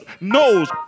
knows